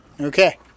Okay